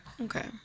Okay